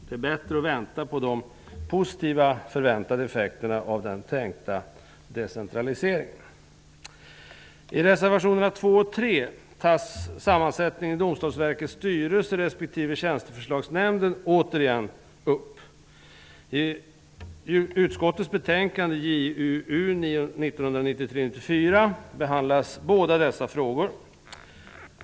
Det är bättre att avvakta de förväntade positiva effekterna av den tänkta decentraliseringen. utskottsbetänkandet 1993/94:JuU10 behandlas båda dessa frågor.